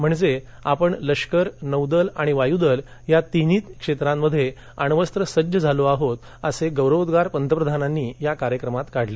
म्हणजे आता आपण लष्कर नौदल आणि वायुदल या तिन्ही क्षेत्रांत अण्वस्व सज्ज झालो आहोत असे गौरवोद्वार पंतप्रधानांनी या कार्यक्रमात काढले